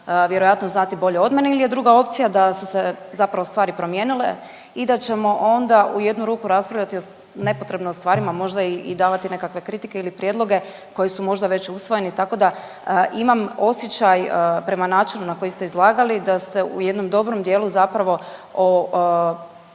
vjerojatno znati bolje od mene ili je druga opcija da su se zapravo stvari promijenile i da ćemo onda u jednu ruku raspravljati nepotrebno o stvarima možda i davati nekakve kritike i prijedloge koji su možda već usvojeni, tako da imam osjećaj prema načinu na koji ste izlagali, da se u jednom dobrom dijelu zapravo o